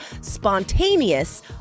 spontaneous